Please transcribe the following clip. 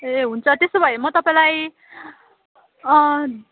ए हुन्छ त्यसो भए म तपाईँलाई